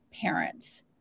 parents